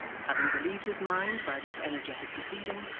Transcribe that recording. having relieved his mind by this energetic proceeding,